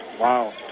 Wow